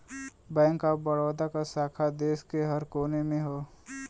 bank of Baroda क शाखा देश के हर कोने में हौ